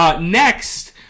next